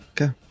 okay